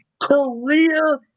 Career